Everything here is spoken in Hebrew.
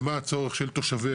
ומה הצורך של תושביה.